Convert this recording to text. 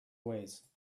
ways